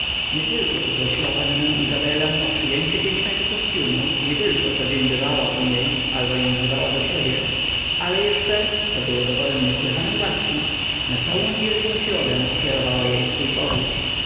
nietylko uprosiła pannę izabelę o przyjęcie pięknego kostiumu nietylko codzień bywała u niej albo ją wzywała do siebie ale jeszcze co było dowodem niesłychanej łaski na całą wielką środę ofiarowała jej swój powóz